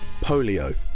Polio